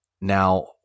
Now